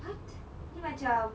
what ini macam